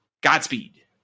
Godspeed